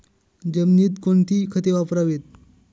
जमिनीत कोणती खते वापरावीत?